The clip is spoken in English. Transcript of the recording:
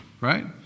right